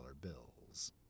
bills